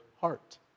heart